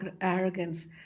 arrogance